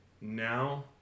now